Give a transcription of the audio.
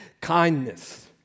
kindness